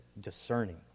discerning